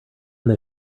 they